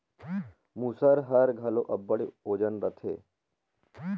मूसर हर घलो अब्बड़ ओजन रहथे